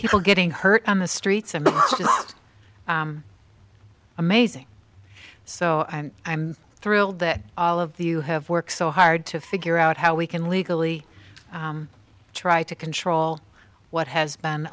people getting hurt on the streets and amazing so i'm thrilled that all of the you have worked so hard to figure out how we can legally try to control what has been